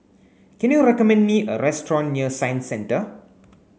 can you recommend me a restaurant near Science Centre